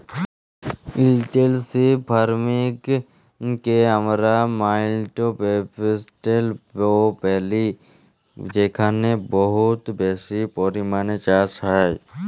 intensive farming কে আমরা মাউল্টব্যাটেল ও ব্যলি যেখালে বহুত বেশি পরিমালে চাষ হ্যয়